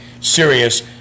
serious